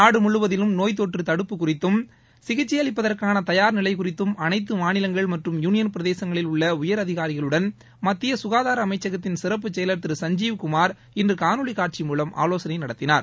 நாடு முழுவதிலும் நோய்த்தொற்று தடுப்பு குறித்தும் சிகிச்சை அளிப்பதற்கான தயார் நிலை குறித்தும் அனைத்து மாநிலங்கள் மற்றும் யுனியள் பிரதேசங்களில் உள்ள உயரதிகாரிகளுடன் மத்திய சுகாதார அமைச்சகத்தின் சிறப்பு செயலர் திரு சஞ்ஜீவ் குமா் இன்று காணொலி காட்சி மூலம் ஆலோசனை நடத்தினார்